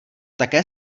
také